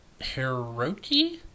Hiroki